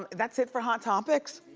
that's it for hot topics?